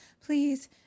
please